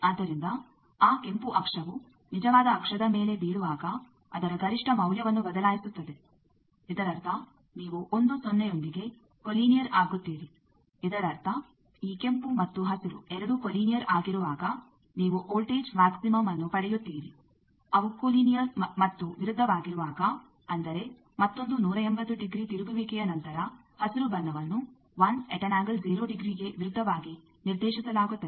ಆದ್ದರಿಂದ ಆ ಕೆಂಪು ಅಕ್ಷವು ನಿಜವಾದ ಅಕ್ಷದ ಮೇಲೆ ಬೀಳುವಾಗ ಅದರ ಗರಿಷ್ಠ ಮೌಲ್ಯವನ್ನು ಬದಲಾಯಿಸುತ್ತದೆ ಇದರರ್ಥ ನೀವು 1 0 ರೊಂದಿಗೆ ಕೊಲೀನಿಯರ್ ಆಗುತ್ತೀರಿ ಇದರರ್ಥ ಈ ಕೆಂಪು ಮತ್ತು ಹಸಿರು ಎರಡೂ ಕೊಲೀನಿಯರ್ ಆಗಿರುವಾಗ ನೀವು ವೋಲ್ಟೇಜ್ ಮ್ಯಾಕ್ಸಿಮಂಅನ್ನು ಪಡೆಯುತ್ತೀರಿ ಅವು ಕೊಲೀನಿಯರ್ ಮತ್ತು ವಿರುದ್ಧವಾಗಿರುವಾಗ ಅಂದರೆ ಮತ್ತೊಂದು 180 ಡಿಗ್ರಿ ತಿರುಗುವಿಕೆಯ ನಂತರ ಹಸಿರು ಬಣ್ಣವನ್ನು ಗೆ ವಿರುದ್ಧವಾಗಿ ನಿರ್ದೇಶಿಸಲಾಗುತ್ತದೆ